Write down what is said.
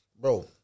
Bro